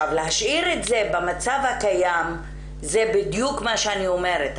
להשאיר את זה במצב הקיים זה בדיוק מה שאני אומרת,